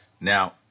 Now